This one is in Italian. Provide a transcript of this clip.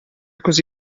così